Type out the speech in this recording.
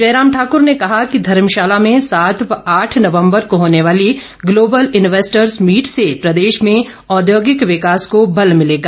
जयराम ठाकर ने कहा कि धर्मशाला में सात व आठ नवम्बर को होने वाली ग्लोबल इन्वेस्ट्सें मीट से प्रदेश में औद्योगिक विकास को बल भिलेगा